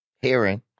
hearing